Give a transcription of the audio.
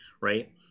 right